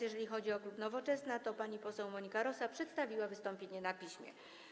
Jeżeli chodzi o klub Nowoczesna, to pani poseł Monika Rosa przedstawiła wystąpienie na piśmie.